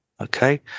Okay